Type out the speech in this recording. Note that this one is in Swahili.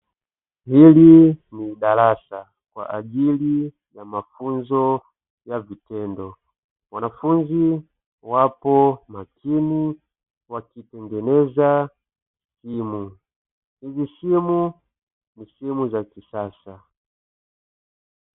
Hili ni darasa kwa ajili ya mafunzo ya vitendo wanafunzi wapo makini wakitengeneza simu. Hizi simu ni simu za kisasa.